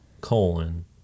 colon